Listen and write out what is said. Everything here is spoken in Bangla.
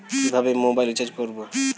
কিভাবে মোবাইল রিচার্জ করব?